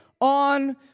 on